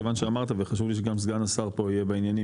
כיוון שאמרת וחשוב לי שגם סגן השר פה יהיה בעניינים